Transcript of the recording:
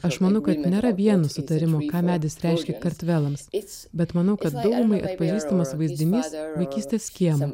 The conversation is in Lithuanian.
aš manau kad nėra vieno sutarimo ką medis reiškia kartvelams bet manau kad daugumai atpažįstamas vaizdinys vaikytės kiemo